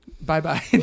Bye-bye